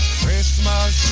christmas